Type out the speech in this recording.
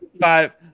five